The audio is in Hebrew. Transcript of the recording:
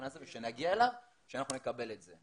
הזה וכשנגיע אליו אנחנו נקבל את זה.